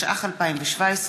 התשע"ח 2017,